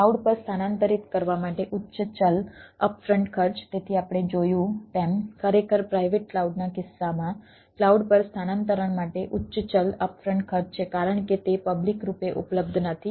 cloud પર સ્થાનાંતરિત કરવા માટે ઉચ્ચ ચલ અપ ફ્રન્ટ ખર્ચ તેથી આપણે જોયું તેમ ખરેખર પ્રાઇવેટ ક્લાઉડના કિસ્સામાં કલાઉડ પર સ્થાનાંતરણ માટે ઉચ્ચ ચલ અપ ફ્રન્ટ ખર્ચ છે કારણ કે તે પબ્લિક રૂપે ઉપલબ્ધ નથી